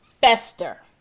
fester